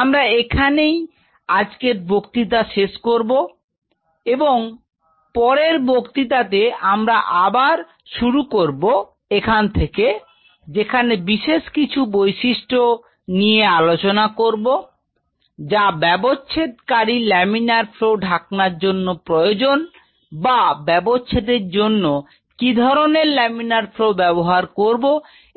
আমি এখানেই আজকের বক্তৃতা শেষ করব এবং পরের বক্তিতাতে আমরা আবার শুরু করব এখান থেকে যেখানে বিশেষ কিছু বৈশিষ্ট্য নিয়ে আলোচনা করবো যা ব্যবচ্ছেদ কারী লামিনার ফ্লো ঢাকনার জন্য প্রয়োজন বা ব্যবচ্ছেদের জন্য কি ধরনের লামিনার ফ্লো ব্যবহার করব